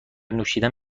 نوشیدن